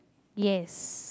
yes